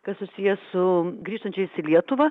kas susiję su grįžtančiais į lietuvą